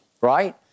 right